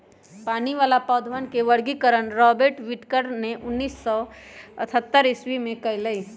पानी वाला पौधवन के वर्गीकरण रॉबर्ट विटकर ने उन्नीस सौ अथतर ईसवी में कइलय